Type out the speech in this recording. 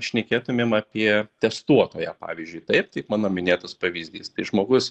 šnekėtumėm apie testuotoją pavyzdžiui taip mano minėtas pavyzdys tai žmogus